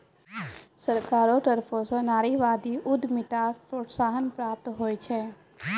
सरकारो तरफो स नारीवादी उद्यमिताक प्रोत्साहन प्राप्त होय छै